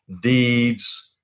Deeds